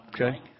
Okay